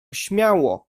śmiało